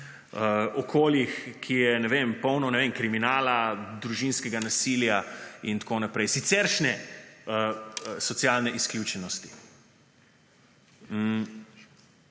okoljih, ki je, ne vem, polno, ne vem, kriminala, družinskega nasilja in tako naprej siceršnje socialne izključenosti.